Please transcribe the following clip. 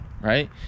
right